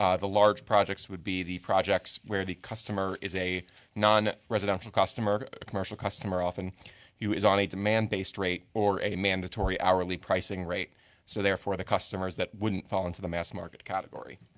um the large projects would be the projects where the customer is a non-residential customer, a commercial customer often he is on a demand-based rate or a mandatory hourly pricing rate so, therefore, the customers that wouldn't fall into the mass market category.